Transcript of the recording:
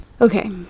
okay